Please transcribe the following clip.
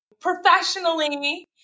professionally